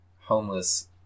Homeless